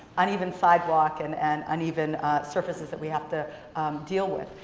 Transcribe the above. uneven sidewalk and and uneven surfaces that we have to deal with.